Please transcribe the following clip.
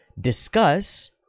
discuss